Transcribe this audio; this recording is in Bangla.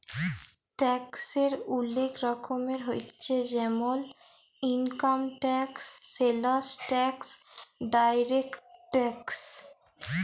ট্যাক্সের ওলেক রকমের হচ্যে জেমল income tax, sales tax, direct tax